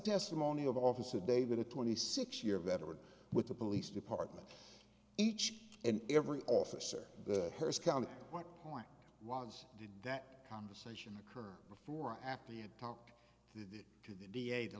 testimony of officer david a twenty six year veteran with the police department each and every officer the harris county what point was did that conversation occur before or after he had talked to the d a the